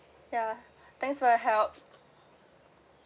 ya thanks for your help